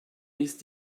ist